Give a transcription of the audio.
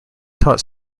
taught